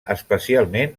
especialment